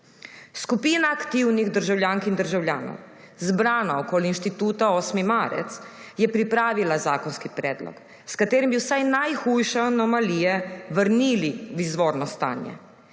Skupina aktivnih državljank in državljanov zbrana okoli Inštituta 8. marec je pripravila zakonski predlog, s katerim bi vsaj najhujše anomalije vrnili v izvorno stanje.